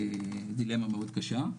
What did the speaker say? דילמה מאוד קשה,